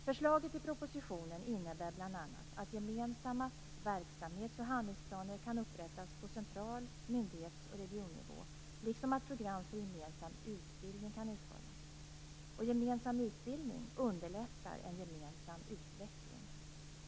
Förslaget i propositionen innebär bl.a. att gemensamma verksamhets och handlingsplaner kan upprättas på central myndighets och regionnivå, liksom att program för gemensam utbildning kan utformas. Gemensam utbildning underlättar en gemensam utveckling.